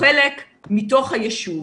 חלק מתוך היישוב